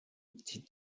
die